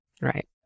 Right